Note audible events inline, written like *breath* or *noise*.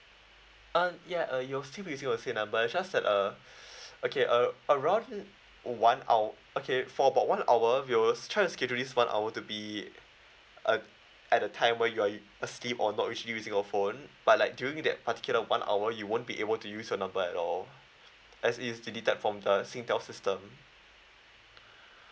uh ya uh you will still be using the same number just that uh *breath* okay uh around one hou~ okay for about one hour we will s~ try to schedule this one hour to be uh at a time where you are asleep or not actually using your phone but like during that particular one hour you won't be able to use your number at all *noise* as it's deleted from the singtel system *breath*